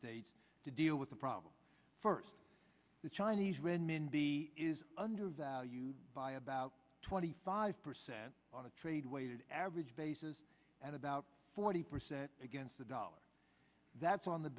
states to deal with the problem first the chinese renminbi is undervalued by about twenty five percent on a trade weighted average basis at about forty percent against the dollar that's on the